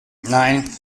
nein